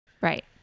right